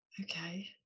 okay